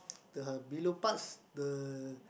the below parts the